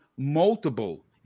multiple